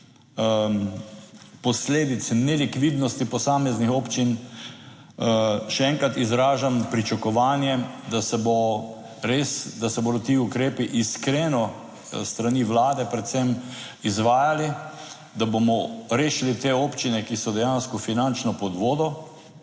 posledic nelikvidnosti posameznih občin. Še enkrat izražam pričakovanje, da se bo res, da se bodo ti ukrepi iskreno s strani Vlade predvsem izvajali. Da bomo rešili te občine, ki so dejansko finančno pod vodo.